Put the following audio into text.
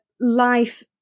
life